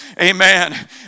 Amen